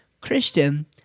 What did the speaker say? Christian